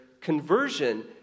conversion